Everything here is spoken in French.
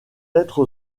être